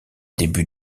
débuts